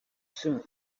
soon